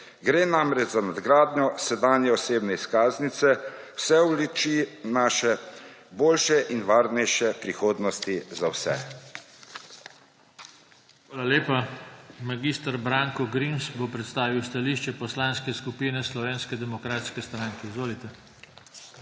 Gre namreč za nadgradnjo sedanje osebne izkaznice, vse v luči naše boljše in varnejše prihodnosti za vse. **PODPREDSEDNIK JOŽE TANKO:** Hvala lepa. Mag. Branko Grims bo predstavil stališče Poslanske skupine Slovenske demokratske stranke. Izvolite.